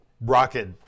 rocket